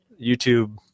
YouTube